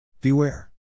Beware